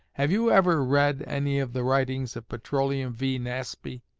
have you ever read any of the writings of petroleum v. nasby